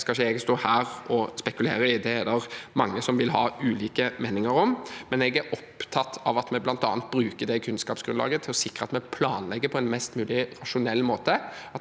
skal ikke jeg stå her og spekulere i. Det er det mange som vil ha ulike meninger om. Jeg er opptatt av at vi bl.a. bruker det kunnskapsgrunnlaget til å sikre at vi planlegger på en mest mulig rasjonell måte